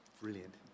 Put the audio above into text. Brilliant